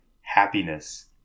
happiness